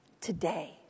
today